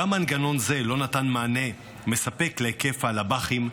גם מנגנון זה לא נתן מענה מספק להיקף הלב"חים,